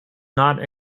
not